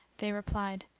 they replied,